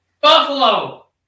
Buffalo